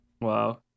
Wow